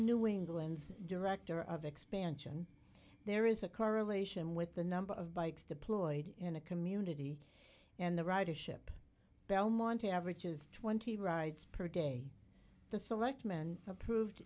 new england's director of expansion there is a correlation with the number of bikes deployed in a community and the ridership belmonte averages twenty rides per day the selectmen approved